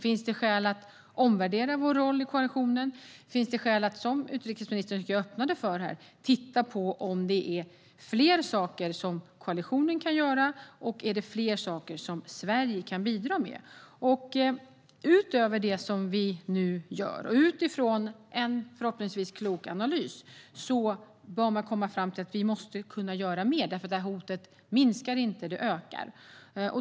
Finns det skäl att omvärdera vår roll i koalitionen? Finns det skäl att, som utrikesministern öppnade för här, titta på om det är fler saker som koalitionen kan göra och fler saker som Sverige kan bidra med utöver det vi nu gör? Utifrån en förhoppningsvis klok analys bör man komma fram till att vi måste kunna göra mer. Hotet minskar inte, utan det ökar.